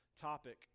topic